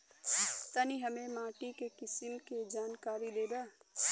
तनि हमें माटी के किसीम के जानकारी देबा?